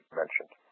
mentioned